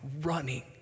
running